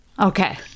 Okay